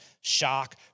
shock